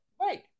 Right